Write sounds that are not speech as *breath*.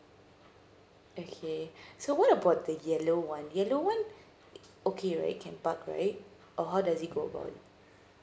okay *breath* so what about the yellow one yellow one okay right you can park right or how does it go about